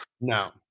No